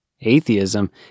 Atheism